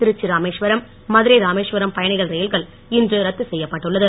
திருச்சி ராமேஸ்வரம் மதுரை ராமேஸ்வரம் பயணிகள் ரயில்கள் இன்று ரத்து செய்யப்பட்டுள்ளது